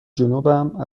جنوبم